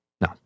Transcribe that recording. No